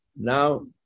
Now